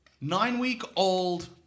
Nine-week-old